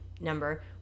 number